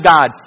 God